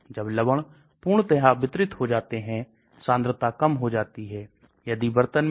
तो यह सभी प्रभावित करते हैं आइए कुछ उदाहरणों पर ध्यान दें